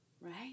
Right